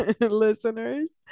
listeners